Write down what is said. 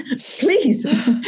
Please